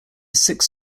six